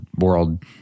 world